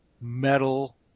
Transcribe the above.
metal –